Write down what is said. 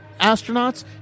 astronauts